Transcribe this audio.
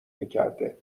میکرده